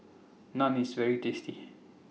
Naan IS very tasty